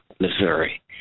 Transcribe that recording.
Missouri